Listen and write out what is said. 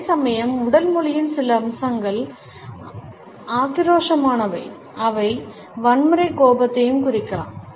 அதேசமயம் உடல் மொழியின் சில அம்சங்கள் ஆக்கிரோஷமானவை அவை வன்முறைக் கோபத்தைக் குறிக்கலாம்